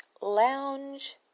lounge